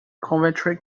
coventry